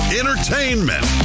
entertainment